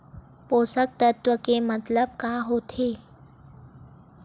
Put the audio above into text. पोषक तत्व के मतलब का होथे?